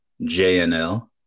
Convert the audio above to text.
JNL